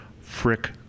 frick